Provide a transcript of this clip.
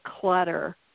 clutter